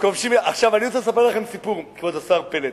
אני רוצה לספר לכם סיפור, כבוד השר פלד.